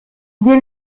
wir